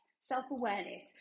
self-awareness